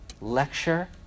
lecture